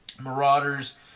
Marauders